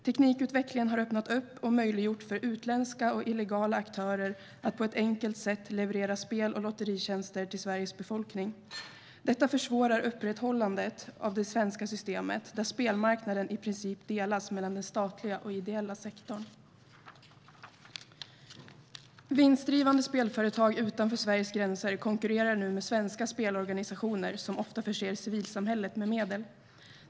Teknikutvecklingen har öppnat marknaden och möjliggjort för utländska och illegala aktörer att på ett enkelt sätt leverera spel och lotteritjänster till Sveriges befolkning. Detta försvårar upprätthållandet av det svenska systemet, där spelmarknaden i princip delas mellan den statliga och den ideella sektorn. Vinstdrivande spelföretag utanför Sveriges gränser konkurrerar nu med svenska spelorganisationer, som ofta förser civilsamhället med medel.